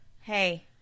Hey